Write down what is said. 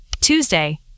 Tuesday